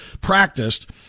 practiced